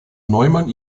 neumann